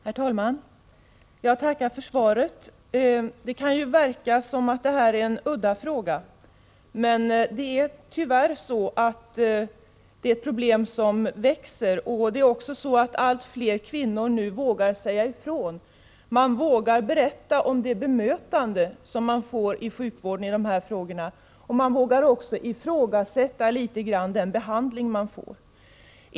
Herr talman! Jag tackar för svaret. Det kan verka som att detta är en udda fråga, men tyvärr är det ett problem som växer. Det är också allt fler kvinnor som nu vågar säga ifrån, vågar berätta om det bemötande som de i dessa sammanhang får inom sjukvården. Kvinnorna vågar dessutom litet grand ifrågasätta den behandling som ges.